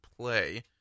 play